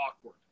awkward